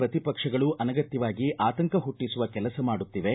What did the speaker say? ಪ್ರತಿಪಕ್ಷಗಳು ಅನಗತ್ತವಾಗಿ ಆತಂಕ ಹುಟ್ಟಿಸುವ ಕೆಲಸ ಮಾಡುತ್ತಿವೆ